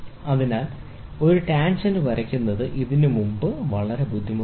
അതിനാൽ ഒരു ടാൻജെന്റ് വരയ്ക്കുന്നത് ഇതിന് വളരെ ബുദ്ധിമുട്ടാണ്